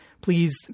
please